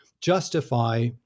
justify